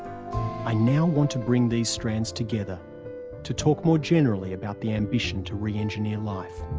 i now want to bring these strands together to talk more generally about the ambition to re-engineer life.